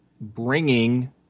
bringing